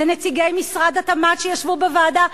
נציגי משרד התמ"ת שישבו בוועדה,